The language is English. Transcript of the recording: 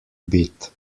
bit